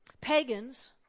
Pagans